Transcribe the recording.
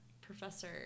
Professor